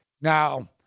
Now